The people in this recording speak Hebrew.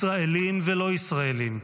ישראלים ולא ישראלים,